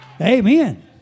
amen